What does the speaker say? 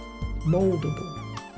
moldable